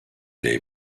dei